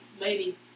lady